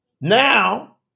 Now